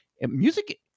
music